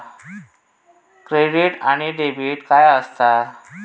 Credit आणि debit काय असता?